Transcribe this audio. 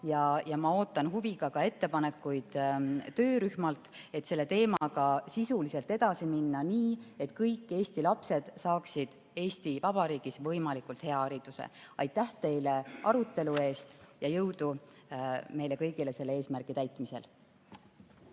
raha. Ma ootan huviga ka ettepanekuid töörühmalt, et selle teemaga sisuliselt edasi minna nii, et kõik Eesti lapsed saaksid Eesti Vabariigis võimalikult hea hariduse. Aitäh teile arutelu eest ja jõudu meile kõigile selle eesmärgi täitmisel!